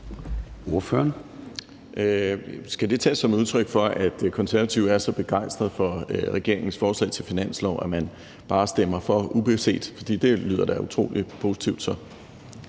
Skal det tages som et udtryk for, at Konservative er så begejstrede for regeringens forslag til finanslov, at man bare stemmer for ubeset? For det lyder da utrolig positivt.